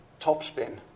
topspin